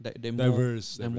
diverse